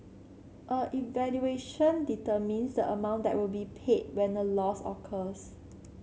a evaluation determines amount that will be paid when a loss occurs